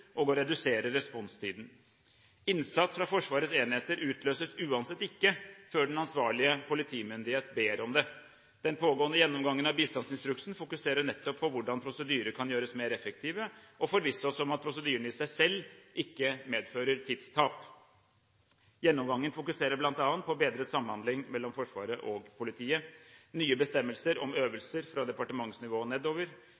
og for å redusere responstiden. Innsats fra Forsvarets enheter utløses uansett ikke før den ansvarlige politimyndighet ber om det. Den pågående gjennomgangen av bistandsinstruksen fokuserer nettopp på hvordan prosedyrer kan gjøres mer effektive og forvisse oss om at prosedyrene i seg selv ikke medfører tidstap. Gjennomgangen fokuserer bl.a. på bedret samhandling mellom Forsvaret og politiet. Nye bestemmelser om